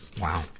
Wow